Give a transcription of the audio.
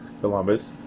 Columbus